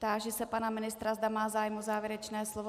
Táži se pana ministra, zda má zájem o závěrečné slovo.